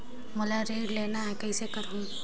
मोला ऋण लेना ह, कइसे करहुँ?